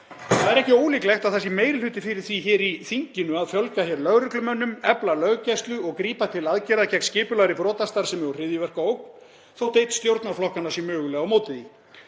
Það er ekki ólíklegt að það sé meiri hluti fyrir því í þinginu að fjölga lögreglumönnum, efla löggæslu og grípa til aðgerða gegn skipulagðri brotastarfsemi og hryðjuverkaógn þótt einn stjórnarflokkanna sé mögulega á móti